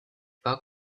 pas